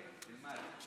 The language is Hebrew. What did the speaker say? כן, תלמד.